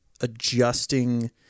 adjusting